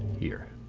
here.